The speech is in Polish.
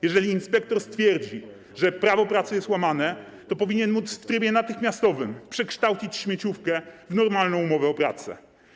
Jeżeli inspektor stwierdzi, że prawo pracy jest łamane, to powinien móc w trybie natychmiastowym przekształcić śmieciówkę w normalną umowę o pracę.